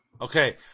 Okay